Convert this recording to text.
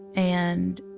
and